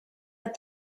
but